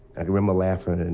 and remember laughing, and